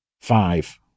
Five